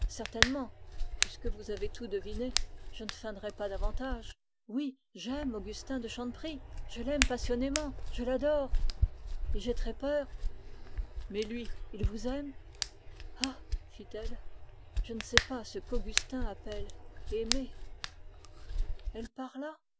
certainement puisque vous avez tout deviné je ne feindrai pas davantage oui j'aime augustin de chanteprie je l'aime passionnément et j'ai peur mais lui il vous aime je ne sais pas ce qu'augustin appelle aimer elle parla